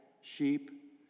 sheep